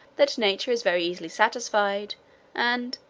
that nature is very easily satisfied and,